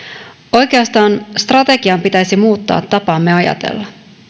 oikeastaan strategian pitäisi muuttaa tapaamme ajatella